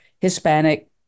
Hispanic